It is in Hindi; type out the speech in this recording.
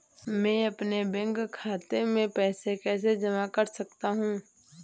मैं अपने बैंक खाते में पैसे कैसे जमा कर सकता हूँ?